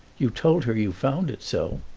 you told her you found it so.